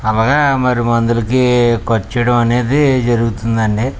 అవ్వగా మరి మందులకి ఖర్చు చేయడం అనేది జరుగుతుంది అండి